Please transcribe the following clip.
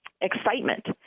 excitement